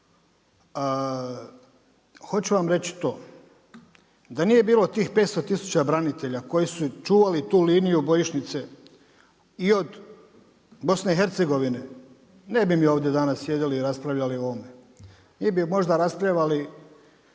Hoću vam reći to, da nije bilo tih 500 tisuća branitelja koji su čuvali tu liniju bojišnice i od BiH ne bi mi ovdje danas sjedili i raspravljali o ovome. Mi bi možda raspravljali